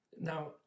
Now